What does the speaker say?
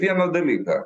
vieną dalyką